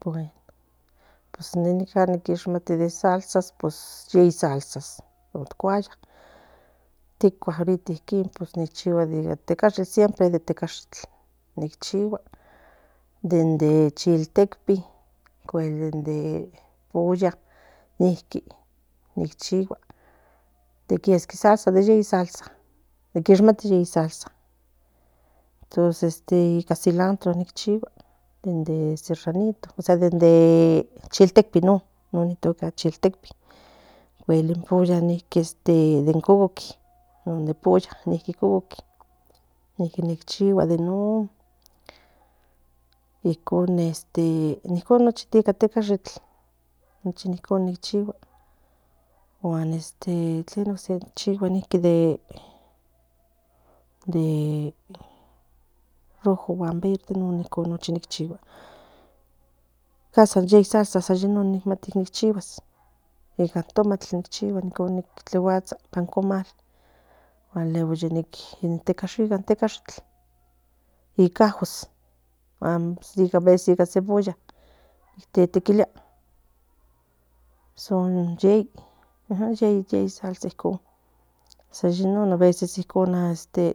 Pus nican shei salsas ocuaya ticua de tecashitl siempre nichihua de chiltelpi de oyá niqui ninchigua de salsas yei niquishmati entonces silandro ichigua de chiltelpi non nitocabocuel in pollo de nen cucult ninqui ni chigua de non icon de este nincon ica tecashitl nochi icon guan este tlen ocse chigua de de rojo de verde nochi icon nichihua san yei salsas nica tomatl tleguatsa ica tomatl luego ica tecashitl ica ajos ves ica cebolla tequilia son yei yei salsas icon san veces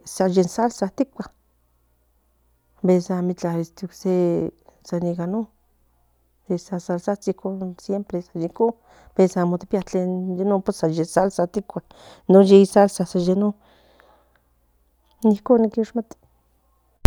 san yei salsas tikua veces amitla san itla non sal siempre san nincon amo oía sam ye salsa tikua non yei salsas nicon ni quishmati